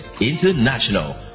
International